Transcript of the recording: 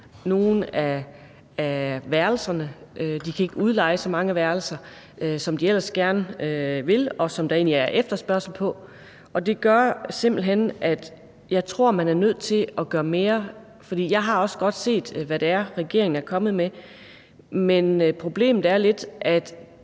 nogle af værelserne. De kan ikke udleje så mange værelser, som de ellers gerne ville, og som der egentlig er efterspørgsel på. Jeg tror, at man er nødt til at gøre mere. Jeg har også godt set, hvad det er, regeringen er kommet med, men problemet er lidt, at